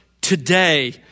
today